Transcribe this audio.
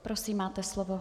Prosím, máte slovo.